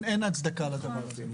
אין הצדקה לדבר הזה.